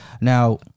Now